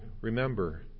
remember